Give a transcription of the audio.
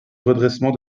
redressement